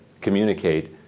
communicate